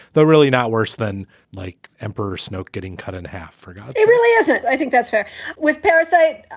though really not worse than like emperors. note getting cut in half forgotten it really isn't. i think that's fair with parasyte.